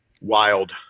wild